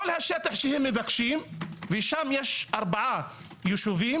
כל השטח שהם מבקשים, ושם יש ארבעה ישובים